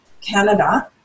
Canada